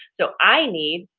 so i need,